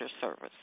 service